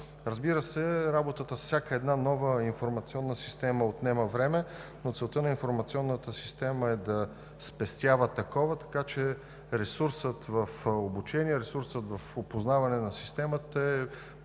Разбира се, работата на всяка нова информационна система отнема време, но целта на информационната система е да спестява такова, така че ресурсът в обучение, ресурсът в опознаване на системата е